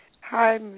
Hi